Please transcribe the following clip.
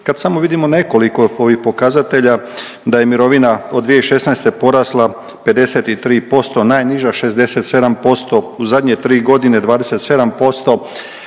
Kad samo vidimo nekoliko pokazatelja da je mirovina od 2016. porasla 53%, najniža 67% u zadnje tri godine 27%,